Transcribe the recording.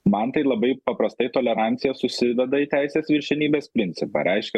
man tai labai paprastai tolerancija susiveda į teisės viršenybės principą reiškia